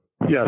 Yes